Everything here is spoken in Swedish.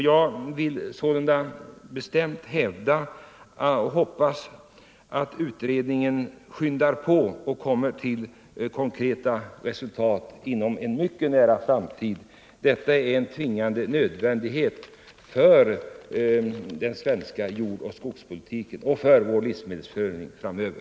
Jag hoppas sålunda att utredningen verkligen skyndar på och kommer till konkreta resultat inom en mycket nära framtid. Detta är en tvingande nödvändighet för den svenska jordoch skogspolitiken och för vår livsmedelsförsörjning framöver.